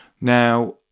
Now